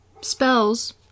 spells